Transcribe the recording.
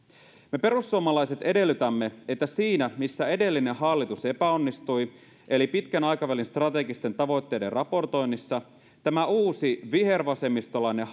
me perussuomalaiset edellytämme että siinä missä edellinen hallitus epäonnistui eli pitkän aikavälin strategisten tavoitteiden raportoinnissa tämä uusi vihervasemmistolainen